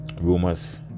Rumors